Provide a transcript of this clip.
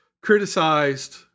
criticized